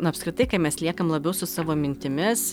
nu apskritai kai mes liekam labiau su savo mintimis